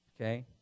okay